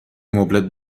مبلت